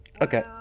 Okay